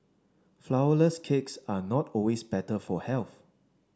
flourless cakes are not always better for health